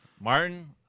Martin